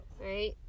Right